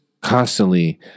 constantly